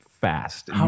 fast